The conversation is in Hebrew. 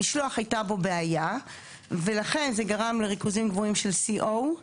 המשלוח הייתה בו בעיה ולכן זה גרם לריכוזים גבוהים של CO,